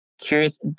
curious